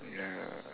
ya